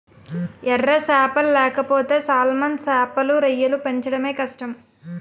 ఎర సేపలు లేకపోతే సాల్మన్ సేపలు, రొయ్యలు పెంచడమే కష్టం